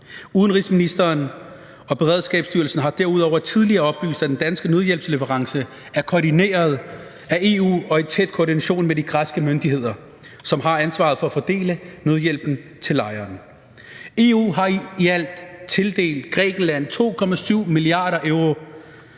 Udenrigsministeren og Beredskabsstyrelsen har derudover tidligere oplyst, at den danske nødhjælpsleverance er koordineret af EU og i tæt koordination med de græske myndigheder, som har ansvaret for at fordele nødhjælpen til lejrene. EU har i alt tildelt Grækenland 2,7 mia. euro